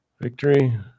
victory